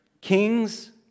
kings